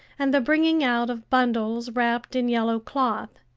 and the bringing out of bundles wrapped in yellow cloth.